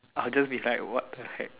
I'll just be like what-the-heck